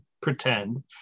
pretend